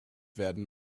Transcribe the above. werden